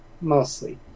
Mostly